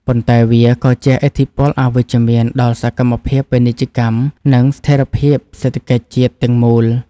ប៉ុន្តែវាក៏ជះឥទ្ធិពលអវិជ្ជមានដល់សកម្មភាពពាណិជ្ជកម្ម និងស្ថិរភាពសេដ្ឋកិច្ចជាតិទាំងមូល។